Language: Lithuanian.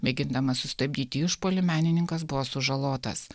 mėgindamas sustabdyti išpuolį menininkas buvo sužalotas